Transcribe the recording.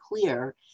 clear